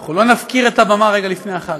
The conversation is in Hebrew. אנחנו לא נפקיר את הבמה רגע לפני החג.